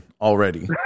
already